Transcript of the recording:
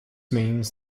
means